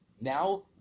Now